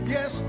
Yes